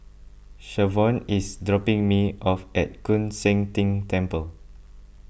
Shavonne is dropping me off at Koon Seng Ting Temple